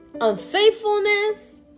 unfaithfulness